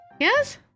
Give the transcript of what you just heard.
Yes